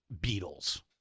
Beatles